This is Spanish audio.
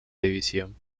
división